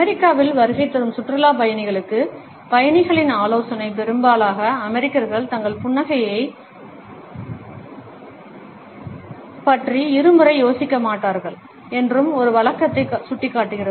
அமெரிக்காவில் வருகை தரும் சுற்றுலாப் பயணிகளுக்கு பயணிகளின் ஆலோசனை பெரும்பாலான அமெரிக்கர்கள் தங்கள் புன்னகையைப் பற்றி இருமுறை யோசிக்க மாட்டார்கள் என்று ஒரு வழக்கத்தை சுட்டிக்காட்டுகிறது